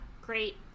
great